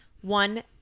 One